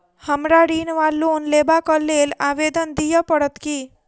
हमरा ऋण वा लोन लेबाक लेल आवेदन दिय पड़त की?